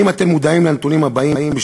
האם אתם מודעים לנתונים הבאים?